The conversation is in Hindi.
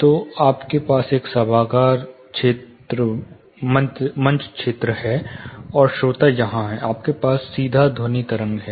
तो आपके पास एक सभागार मंच क्षेत्र है और श्रोता यहां है आपके पास एक सीधा ध्वनि तरंग है